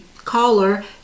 caller